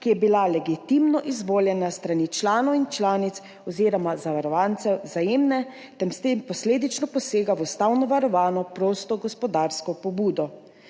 ki je bila legitimno izvoljena s strani članov in članic oziroma zavarovancev Vzajemne, ter s tem posledično posega v ustavno varovano prosto gospodarsko pobudo.